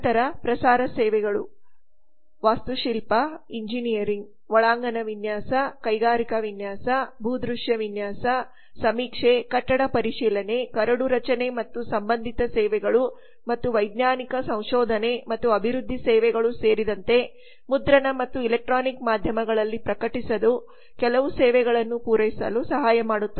ನಂತರ ಪ್ರಸಾರ ಸೇವೆಗಳು ವಾಸ್ತುಶಿಲ್ಪ ಎಂಜಿನಿಯರಿಂಗ್ ಒಳಾಂಗಣ ವಿನ್ಯಾಸ ಕೈಗಾರಿಕಾ ವಿನ್ಯಾಸ ಭೂದೃಶ್ಯ ವಿನ್ಯಾಸ ಸಮೀಕ್ಷೆ ಕಟ್ಟಡ ಪರಿಶೀಲನೆ ಕರಡು ರಚನೆ ಮತ್ತು ಸಂಬಂಧಿತ ಸೇವೆಗಳು ಮತ್ತು ವೈಜ್ಞಾನಿಕ ಸಂಶೋಧನೆ ಮತ್ತು ಅಭಿವೃದ್ಧಿ ಸೇವೆಗಳು ಸೇರಿದಂತೆ ಮುದ್ರಣ ಮತ್ತು ಎಲೆಕ್ಟ್ರಾನಿಕ್ ಮಾಧ್ಯಮಗಳಲ್ಲಿ ಪ್ರಕಟಿಸುವುದು ಕೆಲವು ಸೇವೆಗಳನ್ನು ಪೂರೈಸಲು ಸಹಾಯ ಮಾಡುತ್ತದೆ